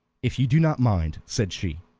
if you do not mind, said she.